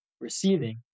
receiving